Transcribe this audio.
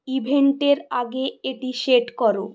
ইভেন্টের আগে এটি সেট করো